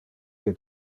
que